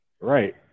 Right